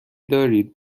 دارید